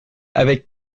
avec